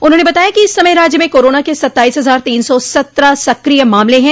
उन्होंने बताया कि इस समय राज्य में कोरोना के सत्ताईस हजार तीन सौ सत्रह सक्रिय मामले हैं